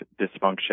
dysfunction